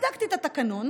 בדקתי את התקנון,